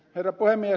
herra puhemies